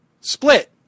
split